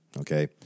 okay